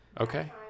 okay